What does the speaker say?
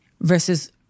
versus